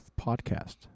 podcast